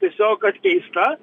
tiesiog atkeista